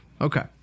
Okay